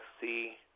see